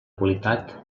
qualitat